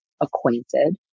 acquainted